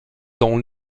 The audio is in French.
dans